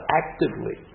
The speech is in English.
actively